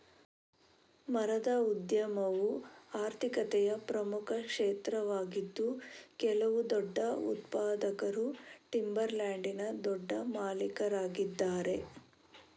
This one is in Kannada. ಮರದ ಉದ್ಯಮವು ಆರ್ಥಿಕತೆಯ ಪ್ರಮುಖ ಕ್ಷೇತ್ರವಾಗಿದ್ದು ಕೆಲವು ದೊಡ್ಡ ಉತ್ಪಾದಕರು ಟಿಂಬರ್ ಲ್ಯಾಂಡಿನ ದೊಡ್ಡ ಮಾಲೀಕರಾಗಿದ್ದಾರೆ